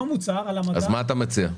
מה אתה מציע?